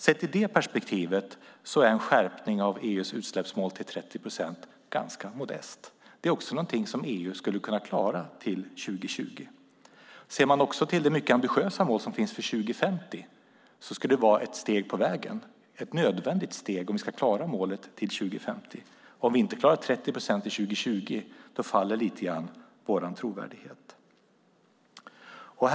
Sett i det perspektivet är en skärpning av EU:s utsläppsmål till 30 procent ganska modest. Det är också någonting som EU skulle kunna klara till 2020. Ser man även till det mycket ambitiösa mål som finns för 2050 skulle det vara ett nödvändigt steg på vägen om vi ska klara målet till 2050. Om vi inte klarar 30 procent till 2020 faller vår trovärdighet lite grann.